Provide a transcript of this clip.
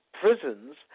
prisons